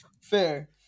Fair